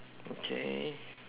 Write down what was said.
okay